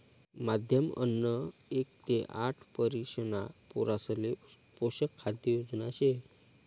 माध्यम अन्न एक ते आठ वरिषणा पोरासले पोषक खाद्य योजना शे